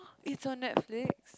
it's on Netflix